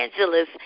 Angeles